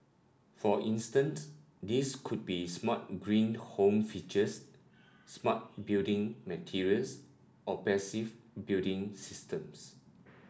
for instanced these could be smart green home features smart building materials or passive building systems